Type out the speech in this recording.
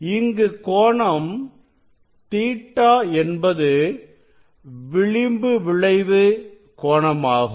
இங்கு கோணம் Ɵ என்பது விளிம்பு விளைவு கோணமாகும்